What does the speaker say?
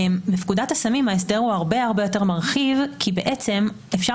בפקודת הסמים ההסדר הוא הרבה יותר מרחיב כי בעצם אפשר